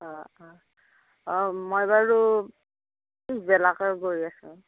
অঁ অঁ অঁ মই বাৰু পিছবেলাকে গৈ আছোঁ